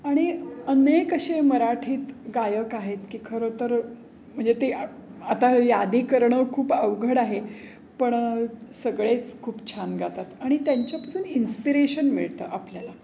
आणि अनेक असे मराठीत गायक आहेत की खरंतर म्हणजे ते आता यादी करणं खूप अवघड आहे पण सगळेच खूप छान गातात आणि त्यांच्यापासून इन्स्पिरेशन मिळतं आपल्याला